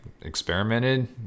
experimented